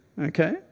Okay